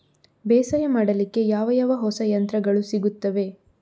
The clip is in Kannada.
ಬೇಸಾಯ ಮಾಡಲಿಕ್ಕೆ ಯಾವ ಯಾವ ಹೊಸ ಯಂತ್ರಗಳು ಸಿಗುತ್ತವೆ?